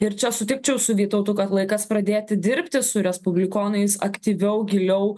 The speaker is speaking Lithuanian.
ir čia sutikčiau su vytautu kad laikas pradėti dirbti su respublikonais aktyviau giliau